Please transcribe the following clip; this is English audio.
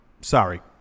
sorry